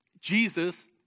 Jesus